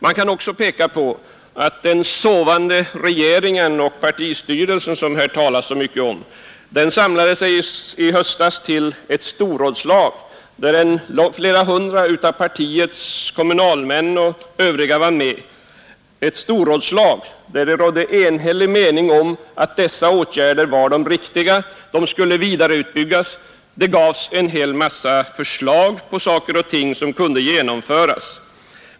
Man kan också peka på att den ”sovande” regeringen och partistyrelsen som här talas så mycket om i höstas samlades till ett storrådslag, som flera hundra av partiets kommunalmän och andra medlemmar deltog i, ett storrådslag där det rådde en enhällig uppfattning om att dessa åtgärder var de riktiga och skulle vidareutbyggas; det framlades en hel massa förslag på saker och ting som kunde genomföras.